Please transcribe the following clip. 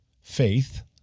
faith